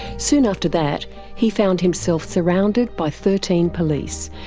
soon after that he found himself surrounded by thirteen police,